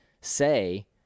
say